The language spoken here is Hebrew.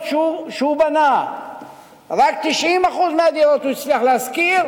שהוא בנה רק 90% מהדירות הוא הצליח להשכיר,